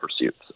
pursuits